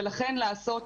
ולכן, לעשות